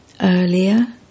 Earlier